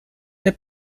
der